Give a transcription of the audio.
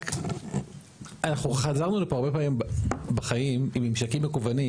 רק אנחנו חזרנו לפה הרבה פעמים בחיים עם ממשקים מקוונים,